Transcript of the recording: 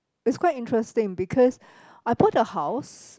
it's quite interesting because I bought the house